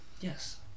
Yes